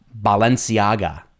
Balenciaga